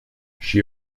she